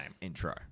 intro